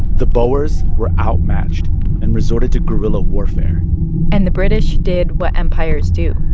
the boers were outmatched and resorted to guerilla warfare and the british did what empires do.